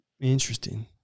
Interesting